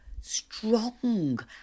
strong